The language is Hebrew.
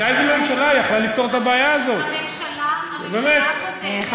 אני אספר לך.